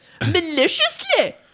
maliciously